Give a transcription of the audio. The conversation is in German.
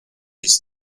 ist